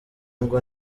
ngo